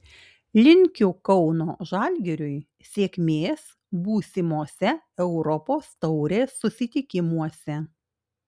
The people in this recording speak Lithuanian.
linkiu kauno žalgiriui sėkmės būsimose europos taurės susitikimuose